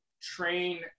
train